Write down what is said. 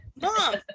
Mom